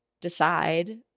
decide